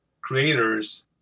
creators